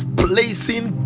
placing